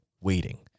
waiting